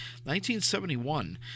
1971